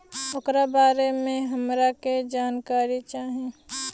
ओकरा बारे मे हमरा के जानकारी चाही?